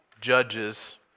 judges